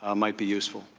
ah might be useful?